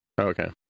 okay